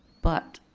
but,